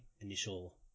initial